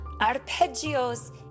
arpeggios